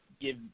give